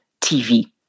TV